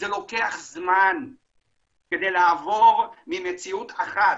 זה לוקח זמן כדי לעבור ממציאות אחת,